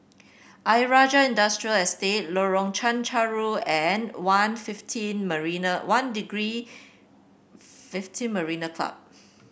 Ayer Rajah Industrial Estate Lorong Chencharu and One fifteen Marina One Degree fifteen Marine Club